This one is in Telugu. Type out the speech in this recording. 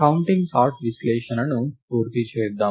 కౌంటింగ్ సార్ట్ విశ్లేషణను పూర్తి చేద్దాం